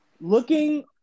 looking